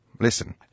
Listen